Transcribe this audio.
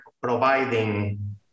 providing